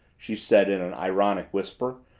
she said in an ironic whisper.